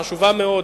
חשובה מאוד,